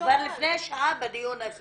כבר לפני שעה בדיון הזה